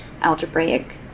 algebraic